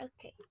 Okay